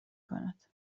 کند